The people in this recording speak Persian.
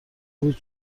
بود